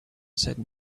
said